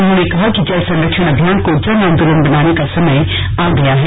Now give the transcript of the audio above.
उन्होंने कहा कि जल संरक्षण अभियान को जन आंदोलन बनाने का समय आ गया है